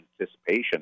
anticipation